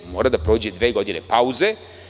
Mora da prođe dve godine pauze.